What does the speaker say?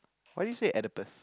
what do you say octopus